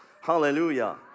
Hallelujah